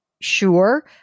sure